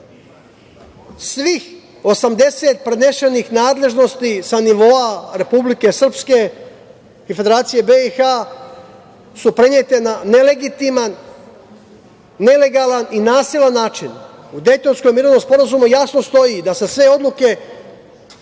Svih 80 prenesenih nadležnosti sa nivoa Republike Srpske i Federacije BiH su prenete na nelegitiman, nelegalan i nasilan način.U Dejtonskom mirovnom sporazumu jasno stoji da se sve odluke